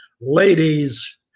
ladies